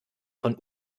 von